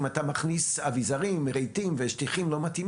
אם אתה מכניס אביזרים לא מתאימים,